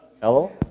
Hello